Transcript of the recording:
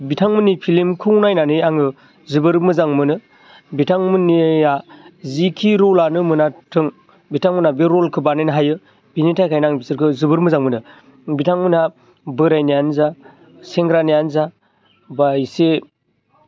बिथांमोननि फिल्मखौ नायनानै आङो जोबोर मोजां मोनो बिथांमोननिआ जिखि र'लानो मोनाथों बिथांमोनहा बे रलखौ बानायनो हायो बिनि थाखायनो आं बिसोरखौ जोबोर मोजां मोनो बिथांमोनहा बोरायनियानो जा सेंग्रानिआनो जा बा एसे